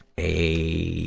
a,